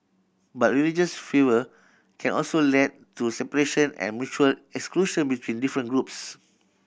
but religious fervour can also lead to separation and mutual exclusion between different groups